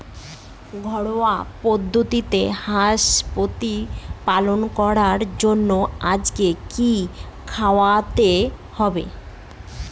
ঘরোয়া পদ্ধতিতে হাঁস প্রতিপালন করার জন্য আজকে কি খাওয়াতে হবে?